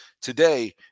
Today